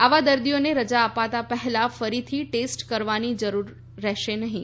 આવા દર્દીઓને રજા અપાતા પહેલા ફરીથી ટેસ્ટ કરાવવાની જરૂર રહેશે નહીં